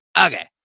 Okay